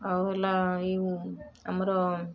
ଆଉ ହେଲା ଏଇ ଆମର